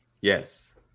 Yes